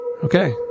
Okay